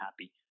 happy